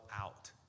out